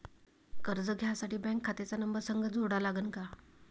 कर्ज घ्यासाठी बँक खात्याचा नंबर संग जोडा लागन का?